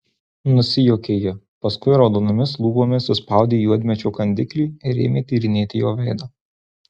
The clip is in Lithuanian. nusijuokė ji paskui raudonomis lūpomis suspaudė juodmedžio kandiklį ir ėmė tyrinėti jo veidą